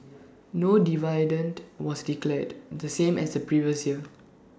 no dividend was declared the same as the previous year